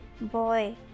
boy